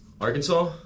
Arkansas